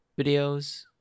videos